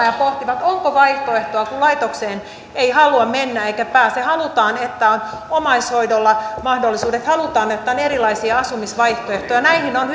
ja pohtivat onko vaihtoehtoa kun laitokseen ei halua mennä eikä pääse halutaan että on omaishoidolla mahdollisuudet halutaan että on erilaisia asumisvaihtoehtoja näihin on